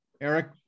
Eric